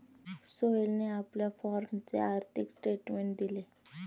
सोहेलने आपल्या फॉर्मचे आर्थिक स्टेटमेंट दिले